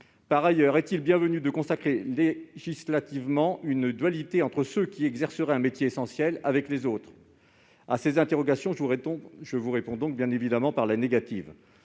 Par ailleurs, est-il bienvenu de consacrer législativement une dualité entre ceux qui exerceraient un métier essentiel et les autres ? À ces interrogations, nous vous répondons par la négative.